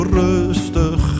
rustig